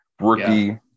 rookie